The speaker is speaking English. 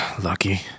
Lucky